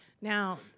Now